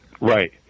Right